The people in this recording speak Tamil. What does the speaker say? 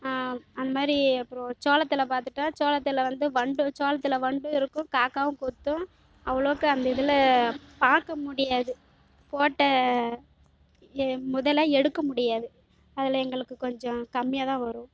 அந்தமாரி அப்றம் சோளத்தில் பார்த்துட்டா சோளத்தில் வந்து வண்டு சோளத்தில் வண்டும் இருக்கும் காக்காவும் கொத்தும் அவ்வளோக்கு அந்த இதில் பார்க்க முடியாது போட்ட முதலை எடுக்க முடியாது அதில் எங்களுக்கு கொஞ்சம் கம்மியாக தான் வரும்